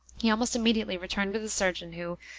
he almost immediately returned with the surgeon, who,